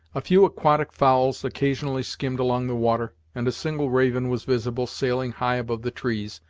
a few aquatic fowls occasionally skimmed along the water, and a single raven was visible, sailing high above the trees,